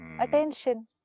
Attention